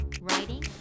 Writing